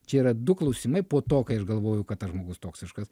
čia yra du klausimai po to kai aš galvoju kad tas žmogus toksiškas